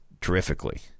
terrifically